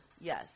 Yes